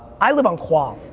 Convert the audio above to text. i live on qual.